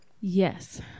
Yes